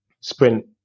sprint